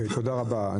תודה רבה.